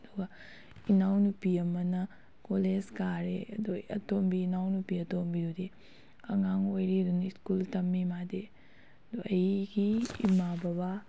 ꯑꯗꯨꯒ ꯏꯅꯥꯎꯅꯨꯄꯤ ꯑꯃꯅ ꯀꯣꯂꯦꯖ ꯀꯥꯔꯦ ꯑꯗꯣ ꯑꯇꯣꯝꯕꯤ ꯏꯅꯥꯎꯅꯨꯄꯤ ꯑꯇꯣꯝꯕꯤꯗꯨꯗꯤ ꯑꯉꯥꯡ ꯑꯣꯏꯔꯤ ꯑꯗꯨꯅ ꯁ꯭ꯀꯨꯜ ꯇꯝꯃꯤ ꯃꯥꯗꯤ ꯑꯗꯣ ꯑꯩꯒꯤ ꯏꯃꯥ ꯕꯕꯥ